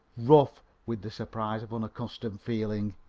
rough with the surprise of unaccustomed feeling.